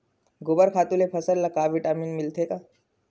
गोबर खातु ले फसल ल का विटामिन मिलथे का?